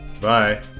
Bye